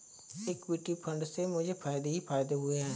equity fund से मुझे फ़ायदे ही फ़ायदे हुए हैं